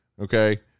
Okay